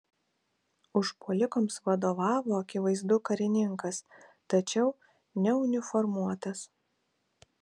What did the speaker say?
užpuolikams vadovavo akivaizdu karininkas tačiau neuniformuotas